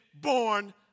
born